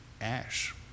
ash